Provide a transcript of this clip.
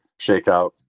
ShakeOut